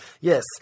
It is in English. Yes